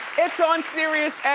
it's on sirius